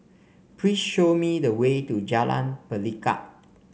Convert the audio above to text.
please show me the way to Jalan Pelikat